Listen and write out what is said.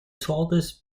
tallest